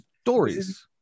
Stories